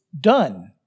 done